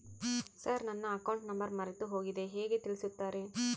Sir ನನ್ನ account number ಮರೆತುಹೋಗಿದೆ ಹೇಗೆ ತಿಳಿಸುತ್ತಾರೆ?